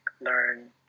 learn